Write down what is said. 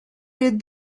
did